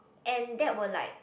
and that were like